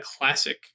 classic